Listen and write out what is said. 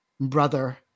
brother